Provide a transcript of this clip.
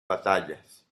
batallas